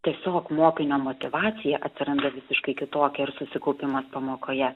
tiesiog mokinio motyvacija atsiranda visiškai kitokia ir susikaupimas pamokoje